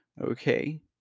okay